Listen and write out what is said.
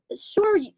sure